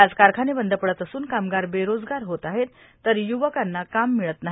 आज कारखाने बंद पडत असून कामगार बेरोजगार होत आहेत तर युवकांना काम मिळत नाही